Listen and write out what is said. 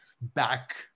back